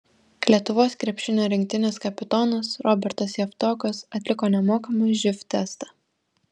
lietuvos krepšinio rinktinės kapitonas robertas javtokas atliko nemokamą živ testą